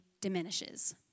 diminishes